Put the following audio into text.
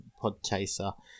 Podchaser